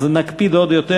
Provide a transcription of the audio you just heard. אז נקפיד עוד יותר.